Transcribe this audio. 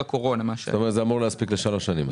זאת אומרת, זה אמור להספיק לשלוש שנים.